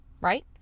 right